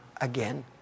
again